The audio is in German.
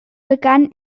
begann